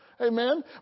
amen